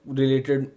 related